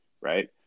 right